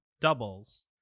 doubles